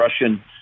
Russian